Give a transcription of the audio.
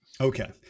Okay